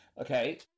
Okay